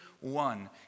one